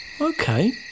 Okay